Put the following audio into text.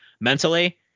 mentally